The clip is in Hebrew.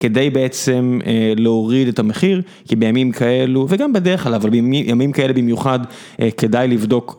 כדי בעצם להוריד את המחיר כי בימים כאלו וגם בדרך כלל אבל בימים כאלה במיוחד כדאי לבדוק.